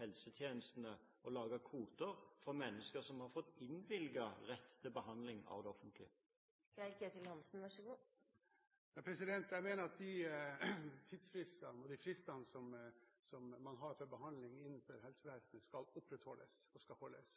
helsetjenestene og lage kvoter for mennesker som har fått innvilget rett til behandling av det offentlige? Jeg mener at de tidsfristene og fristene man har for behandling innenfor helsevesenet, skal opprettholdes og holdes.